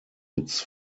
its